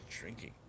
drinking